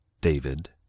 David